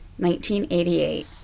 1988